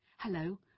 Hello